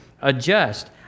adjust